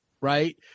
Right